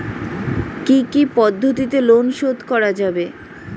কি কি পদ্ধতিতে লোন শোধ করা যাবে?